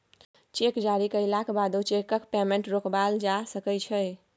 cheque जारी कएलाक बादो चैकक पेमेंट रोकबाएल जा सकै छै